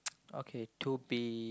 okay to be